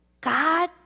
God